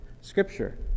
scripture